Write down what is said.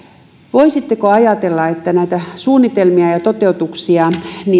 voisitteko ajatella että näitä suunnitelmia ja toteutuksia